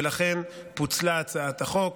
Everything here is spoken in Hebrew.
ולכן פוצלה הצעת החוק.